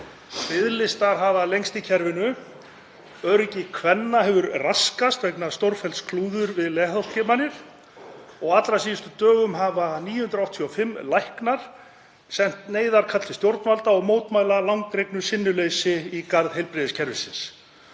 Biðlistar hafa lengst í kerfinu. Öryggi kvenna hefur raskast vegna stórfellds klúðurs við leghálsskimanir. Á allra síðustu dögum hafa 985 læknar sent neyðarkall til stjórnvalda og mótmælt langdregnu sinnuleysi í garð heilbrigðiskerfisins